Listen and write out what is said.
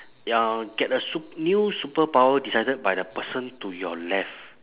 ya get a sup~ new superpower decided by the person to your left